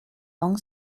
long